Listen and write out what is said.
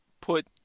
put